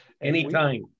Anytime